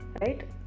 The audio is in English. right